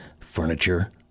furniture